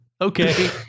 Okay